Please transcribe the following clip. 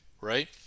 right